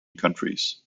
countries